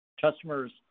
customers